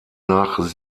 nach